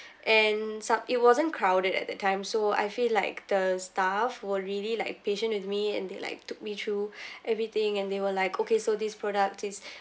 and some~ it wasn't crowded at that time so I feel like the staff were really like patient with me and they like took me through everything and they were like okay so this product is